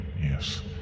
yes